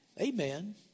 Amen